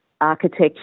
Architecture